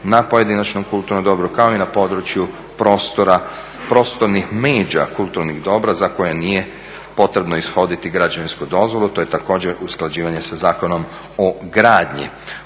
na pojedinačnom kulturnom dobru, kao i na području prostornih međa kulturnih dobra za koje nije potrebno ishoditi građevinsku dozvolu. To je također usklađivanje sa Zakonom o gradnji.